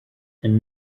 and